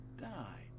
died